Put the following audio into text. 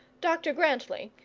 dr grantly,